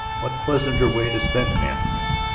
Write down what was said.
what pleasanter way to spend an afternoon?